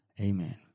Amen